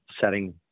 setting